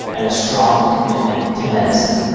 and a strong commitment to medicine.